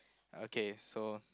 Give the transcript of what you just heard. okay so